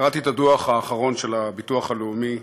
קראתי את הדוח האחרון של הביטוח הלאומי,